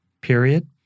period